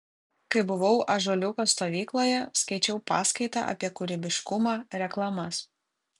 kai buvau ąžuoliuko stovykloje skaičiau paskaitą apie kūrybiškumą reklamas